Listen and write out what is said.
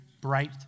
bright